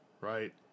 right